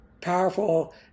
powerful